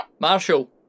Marshall